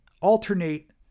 alternate